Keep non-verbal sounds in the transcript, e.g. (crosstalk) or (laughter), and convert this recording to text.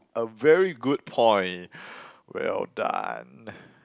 a very good point well done (breath)